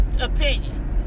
opinion